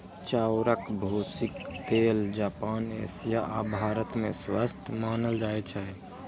चाउरक भूसीक तेल जापान, एशिया आ भारत मे स्वस्थ मानल जाइ छै